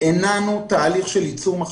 הנענו תהליך של ייצור מחשבים,